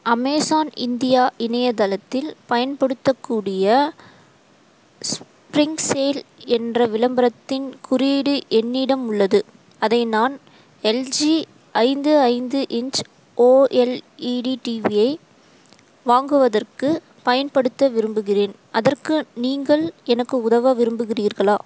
Amazon India இணையத்தளத்தில் பயன்படுத்தக் கூடிய ஸ்ப்ரிங் சேல் என்ற விளம்பரத்தின் குறியீடு என்னிடம் உள்ளது அதை நான் எல்ஜி ஐந்து ஐந்து இன்ச் ஓஎல்இடி டிவியை வாங்குவதற்குப் பயன்படுத்த விரும்புகிறேன் அதற்கு நீங்கள் எனக்கு உதவ விரும்புகிறீர்களா